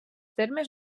termes